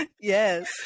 Yes